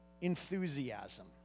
enthusiasm